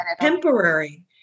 Temporary